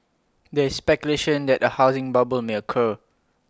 there is speculation that A housing bubble may occur